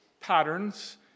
Patterns